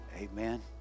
Amen